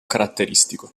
caratteristico